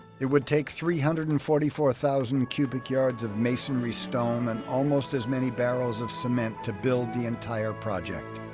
it would take three hundred and forty four thousand cubic yards of masonry stone and almost as many barrels of cement to build the entire project,